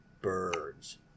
birds